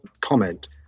comment